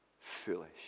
foolish